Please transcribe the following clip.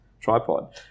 tripod